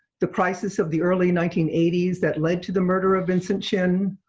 the crisis of the early nineteen eighty s that led to the murder of vincent chin,